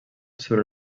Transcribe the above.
sobre